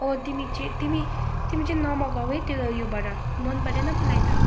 तिमी चाहिँ तिमी तिमी चाहिँ न मगाउ है त्यो योबाट मन परेन मलाई त